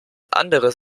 anderes